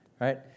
right